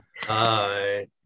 Hi